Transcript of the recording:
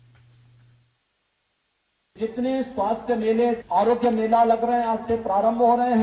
bite जितने स्वास्थ्य मेले आरोग्य मेला लग रहे हैं आज से प्रारम्भ हो रहे हैं